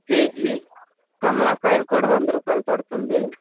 KG కమలాకాయలు కూడా వంద రూపాయిలు పడుతుంది